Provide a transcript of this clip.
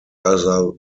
other